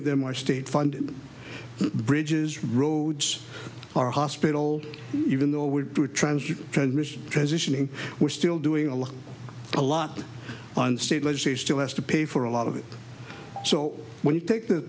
of them are state funded bridges roads our hospital even though we do transit transmission transitioning we're still doing a lot a lot on state legislature still has to pay for a lot of it so when you take the